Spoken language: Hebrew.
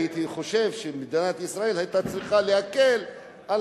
הייתי חושב שמדינת ישראל היתה צריכה להקל על